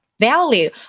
value